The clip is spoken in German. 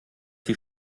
die